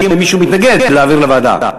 האם מישהו מתנגד להעביר לוועדה?